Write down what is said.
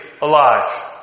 alive